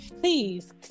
Please